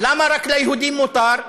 למה רק ליהודים מותר?